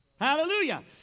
Hallelujah